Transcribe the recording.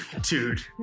dude